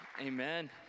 Amen